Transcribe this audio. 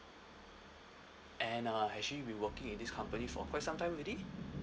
and uh has she been working in this company for quite some time already